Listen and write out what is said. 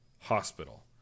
hospital